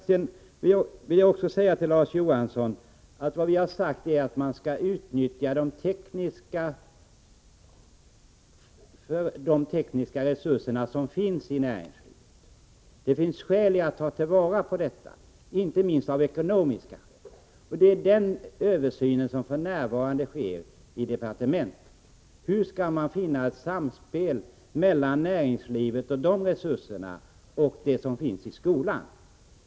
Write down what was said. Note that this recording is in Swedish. Sedan vill jag också säga till Larz Johansson att vad vi har sagt är att man skall utnyttja de tekniska resurser som finns i näringslivet. Det finns skäl för att ta vara på den möjligheten, inte minst ekonomiska. För närvarande görs det en översyn i departementet av hur man skall finna ett samspel mellan näringslivets resurser och den utbildning som ges i skolan.